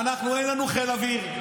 אין לנו חיל אוויר.